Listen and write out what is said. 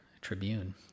Tribune